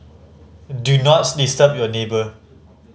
do not disturb your neighbour